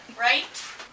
Right